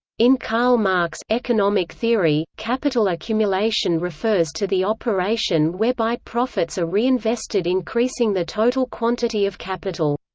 in karl marx' economic theory, capital accumulation refers to the operation whereby profits are reinvested increasing the total quantity of capital.